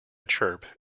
chirp